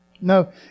No